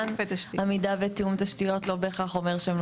ועמידה בתיאום תשתיות לא בהכרח אומר שהם לא